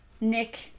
Nick